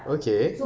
okay